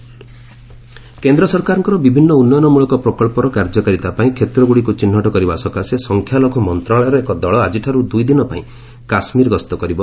Naqvi J and K କେନ୍ଦ୍ର ସରକାରଙ୍କର ବିଭିନ୍ନ ଉନ୍ନୟନ ମୂଳକ ପ୍ରକଞ୍ଚର କାର୍ଯ୍ୟକାରିତା ପାଇଁ କ୍ଷେତ୍ରଗୁଡ଼ିକୁ ଚିହ୍ନଟ କରିବା ସକାଶେ ସଂଖ୍ୟାଲଘୁ ମନ୍ତ୍ରଣାଳୟର ଏକ ଦଳ ଆକିଠାରୁ ଦୁଇ ଦିନ ପାଇଁ କାଶ୍ମୀର ଗସ୍ତ କରିବ